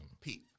Pete